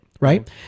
right